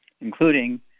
including